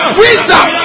wisdom